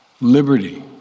liberty